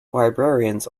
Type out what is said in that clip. librarians